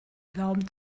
glauben